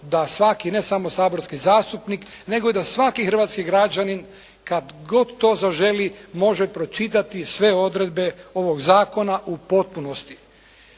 da svaki, ne samo saborski zastupnik, nego da i svaki hrvatskih građanin kada god to zaželi može pročitati sve odredbe ovog zakona u potpunosti.